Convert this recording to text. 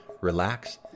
relax